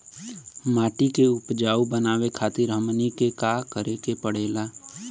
माटी के उपजाऊ बनावे खातिर हमनी के का करें के पढ़ेला?